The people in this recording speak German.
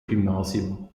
gymnasium